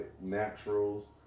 Naturals